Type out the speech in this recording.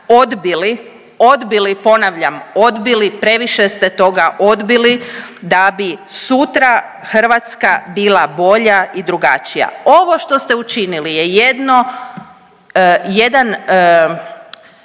odbili, odbili, ponavljam, odbili, previše ste toga odbili, da bi sutra Hrvatska bila bolja i drugačija. Ovo što ste učinili je jedno,